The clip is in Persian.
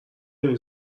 نمی